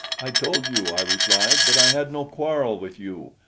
i told you, i replied, that i had no quarrel with you.